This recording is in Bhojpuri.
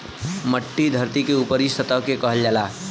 मट्टी धरती के ऊपरी सतह के कहल जाला